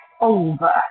over